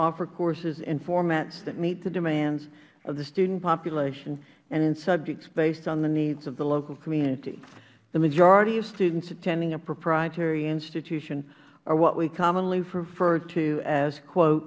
offer courses in formats that meet the demands of the student population and in subjects based on the needs of the local community the majority of students attending a proprietary institution are what we commonly refer to as